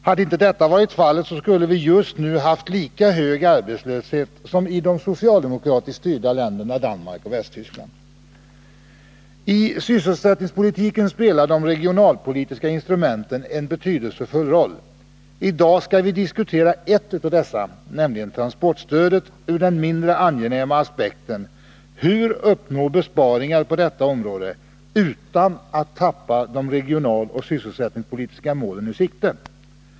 Hade inte detta varit fallet skulle vi just nu ha haft lika hög arbetslöshet som i de socialdemokratiskt styrda länderna Danmark och Västtyskland! J sysselsättningspolitiken spelar de regionalpolitiska instrumenten en betydelsefull roll. I dag skall vi diskutera ett av dessa, nämligen transportstödet, ur den mindre angenäma aspekten: Hur uppnå besparingar på detta område, utan att tappa de regionaloch sysselsättningspolitiska målen ur sikte?